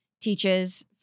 teaches